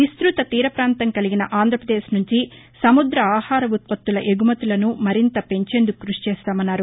విస్తృత తీర్పపాంతం కలిగిన ఆంధ్రప్రదేశ్ నుంచి సముద్ద ఆహార ఉత్పత్తుల ఎగుమతులను మరింత పెంచేందుకు క్భషిచేస్తామన్నారు